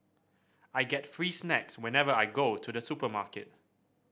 I get free snacks whenever I go to the supermarket